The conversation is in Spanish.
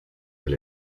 del